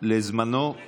אדוני היושב-ראש.